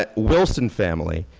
ah wilson family.